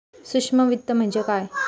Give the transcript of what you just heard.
सूक्ष्म वित्त म्हणजे काय?